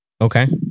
Okay